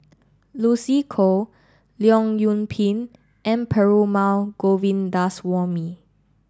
Lucy Koh Leong Yoon Pin and Perumal Govindaswamy